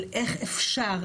איך אפשר,